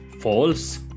False